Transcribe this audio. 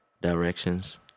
Directions